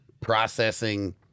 processing